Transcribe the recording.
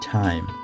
time